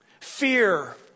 fear